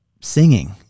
singing